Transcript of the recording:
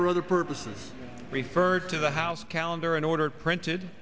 for other purposes referred to the house calendar and ordered printed